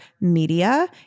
media